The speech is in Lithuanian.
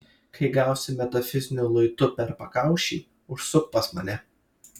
kai gausi metafiziniu luitu per pakaušį užsuk pas mane